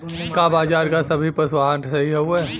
का बाजार क सभी पशु आहार सही हवें?